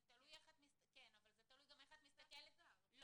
כי גם אמרת שזה לא פייר שעל חלק כן יחול סעיף העונשין ועל חלק לא,